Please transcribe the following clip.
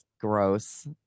gross